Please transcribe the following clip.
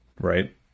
right